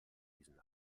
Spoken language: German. diesen